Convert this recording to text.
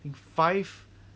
five